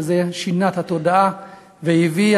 וזה שינה את התודעה והביא,